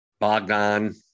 Bogdan